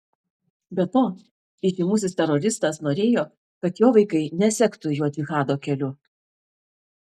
be to įžymusis teroristas norėjo kad jo vaikai nesektų juo džihado keliu